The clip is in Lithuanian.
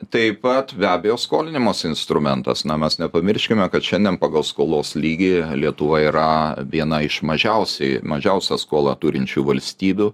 taip pat be abejo skolinimosi instrumentas na mes nepamirškime kad šiandien pagal skolos lygį lietuva yra viena iš mažiausiai mažiausią skolą turinčių valstybių